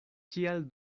kial